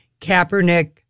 Kaepernick